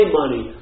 money